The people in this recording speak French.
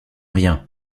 rien